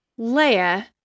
Leia